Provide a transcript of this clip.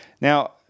Now